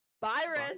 Virus